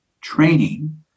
training